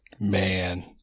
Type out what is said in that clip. Man